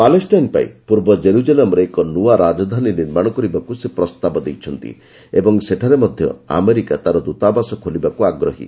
Palestine ପାଇଁ ପୂର୍ବ ଜେରୁଜେଲମ୍ରେ ଏକ ନୂଆ ରାଜଧାନୀ ନିର୍ମାଣ କରିବାକୁ ସେ ପ୍ରସ୍ତାବ ଦେଇଛନ୍ତି ଏବଂ ସେଠାରେ ମଧ୍ୟ ଆମେରିକା ତା'ର ଦୂତାବାସ ଖୋଲିବାକୁ ଆଗ୍ରହୀ